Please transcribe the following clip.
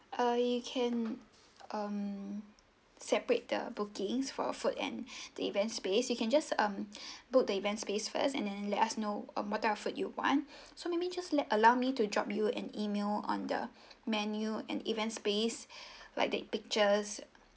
uh you can um separate the bookings for food and the event space you can just um book the event space first and then let us know um what type of food you want so maybe just let allow me to drop you an email on the menu and event space like take pictures